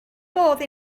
modd